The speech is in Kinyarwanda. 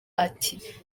ati